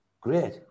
great